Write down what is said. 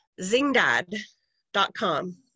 Zingdad.com